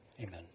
Amen